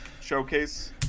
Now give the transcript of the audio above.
showcase